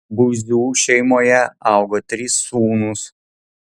buzių šeimoje augo trys sūnūs